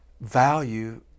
value